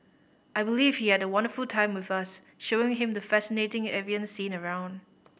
I believe he had a wonderful time with us showing him the fascinating avian scene around